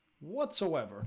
whatsoever